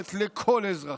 שייכת לכל אזרחיה,